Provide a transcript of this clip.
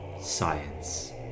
science